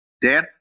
Dan